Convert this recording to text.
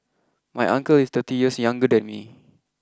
my uncle is thirty years younger than me